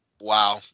Wow